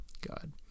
God